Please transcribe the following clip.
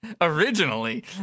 originally